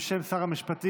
בשם שר המשפטים,